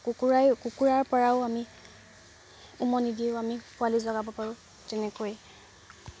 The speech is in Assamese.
কুকুৰাই কুকুৰাৰ পৰাও আমি উম নিদিও আমি পোৱালী জগাব পাৰোঁ তেনেকৈ